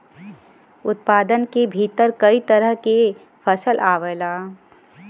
उत्पादन के भीतर कई तरह के फसल आवला